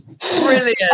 Brilliant